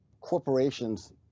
corporations